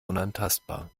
unantastbar